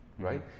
Right